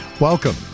Welcome